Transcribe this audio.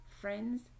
Friends